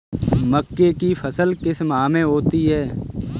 मक्के की फसल किस माह में होती है?